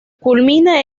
culmina